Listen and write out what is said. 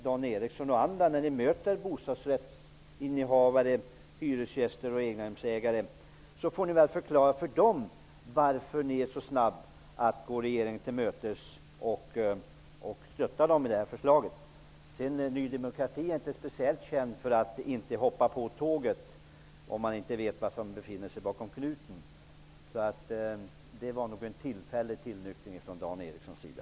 Dan Eriksson och andra som möter bostadsrättshavare, hyresgäster och egnahemsägare får förklara varför ni är så snabba att gå regeringen till mötes i det här förslaget. Ny demokrati har inte gjort sig speciellt känt för att hoppa på tåget, om man inte vet vad som befinner sig bakom knuten. Detta var nog en tillfällig tillnyktring från Dan Erikssons sida.